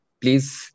Please